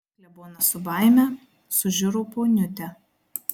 klebonas su baime sužiuro poniutę